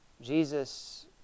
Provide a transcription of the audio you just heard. jesus